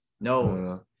No